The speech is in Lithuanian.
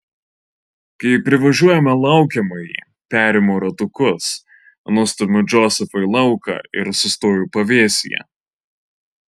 kai privažiuojame laukiamąjį perimu ratukus nustumiu džozefą į lauką ir sustoju pavėsyje